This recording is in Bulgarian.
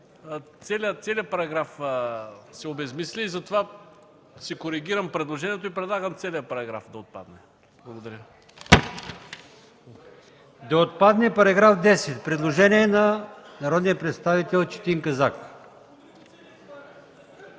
целият параграф се обезсмисля. Затова си коригирам предложението и предлагам целият параграф да отпадне. Благодаря.